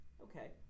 Okay